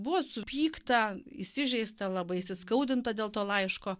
buvo supykta įsižeista labai įsiskaudinta dėl to laiško